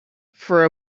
for